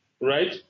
right